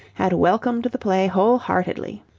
had welcomed the play wholeheartedly.